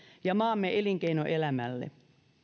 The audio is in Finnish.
ja maamme elinkeinoelämälle